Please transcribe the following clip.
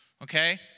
Okay